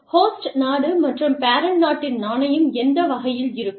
host நாடு மற்றும் parent நாட்டின் நாணயம் எந்த வகையில் இருக்கும்